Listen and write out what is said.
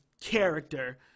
character